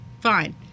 fine